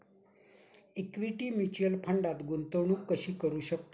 Equity mutual फंडात गुंतवणूक कशी करू शकतो?